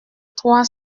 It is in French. trois